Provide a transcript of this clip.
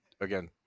again